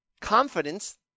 confidence